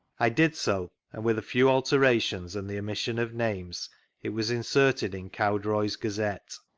i did so, and with a few alterations and the omission of names it was inserted in cowdroy's gazette.